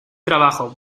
trabajo